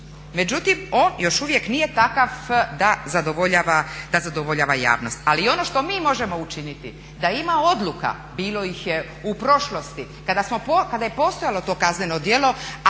Međutim, on još uvijek nije takav da zadovoljava javnost. Ali i ono što mi možemo učiniti, da ima odluka, bilo ih je u prošlosti kada je postojalo to kazneno djelo,